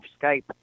Skype